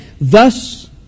thus